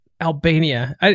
Albania